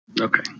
Okay